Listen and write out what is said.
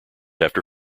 after